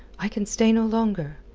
i can stay no longer.